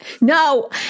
no